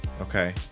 Okay